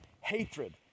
hatred